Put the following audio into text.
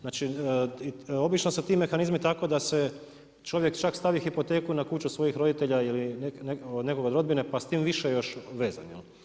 Znači obično su ti mehanizmi tako da si čovjek čak stavi hipoteku na kuću svojih roditelja ili na nekoga od rodbine pa je s tim više još vezan.